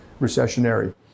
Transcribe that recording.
recessionary